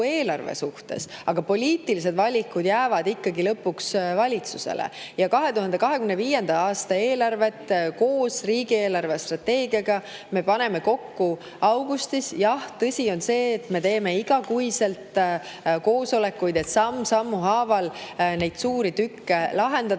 eelarve suhtes, aga poliitilised valikud jäävad ikkagi lõpuks valitsusele. 2025. aasta eelarve me paneme koos riigi eelarvestrateegiaga kokku augustis. Jah, tõsi on see, et me teeme iga kuu koosolekuid, et samm sammu haaval neid suuri tükke lahendada,